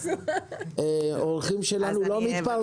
סליחה, אורחים שלנו לא מתפרצים.